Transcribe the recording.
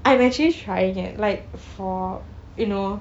I am actually try it like for you know